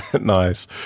nice